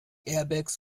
airbags